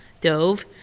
Dove